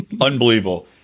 unbelievable